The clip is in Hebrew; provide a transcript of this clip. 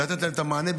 לתת להם את המענה,